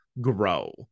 grow